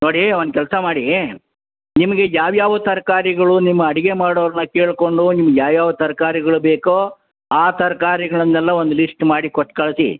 ನೋಡಿ ಒಂದು ಕೆಲಸ ಮಾಡೀ ನಿಮಗೆ ಯಾವ ಯಾವ ತರಕಾರಿಗಳು ನಿಮ್ಮ ಅಡಿಗೆ ಮಾಡೋರನ್ನ ಕೇಳಿಕೊಂಡು ನಿಮ್ಗೆ ಯಾವ ಯಾವ ತರಕಾರಿಗಳು ಬೇಕೋ ಆ ತರಕಾರಿಗಳನ್ನೆಲ್ಲ ಒಂದು ಲಿಸ್ಟ್ ಮಾಡಿ ಕೊಟ್ಟು ಕಳಿಸಿ